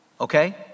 Okay